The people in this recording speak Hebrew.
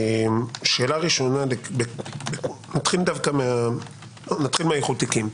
שאלה ראשונה, נתחיל דווקא מאיחוד התיקים.